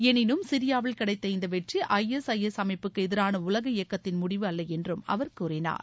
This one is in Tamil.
எனினும் சிரியாவில் கிடைத்த இந்த வெற்றி ஐஎஸ்ஐஎஸ் அமைப்புக்கு எதிரான உலக இயக்கத்தின் முடிவு அல்ல என்றும் அவர் கூறினார்